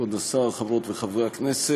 כבוד השר, חברות וחברי הכנסת,